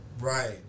Right